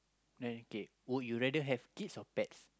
then okay would you rather have kids or pets